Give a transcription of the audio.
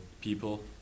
people